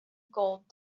gold